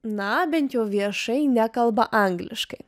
na bent jau viešai nekalba angliškai